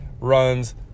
runs